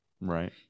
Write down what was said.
Right